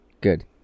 Good